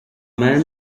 man